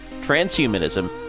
transhumanism